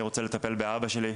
אני רוצה לטפל באבא שלי.